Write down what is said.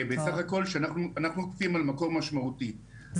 אנחנו אוכפים מקור משמעותי,